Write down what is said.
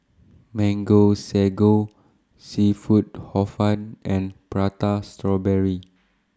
Mango Sago Seafood Hor Fun and Prata Strawberry